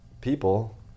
people